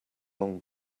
long